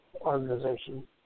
organization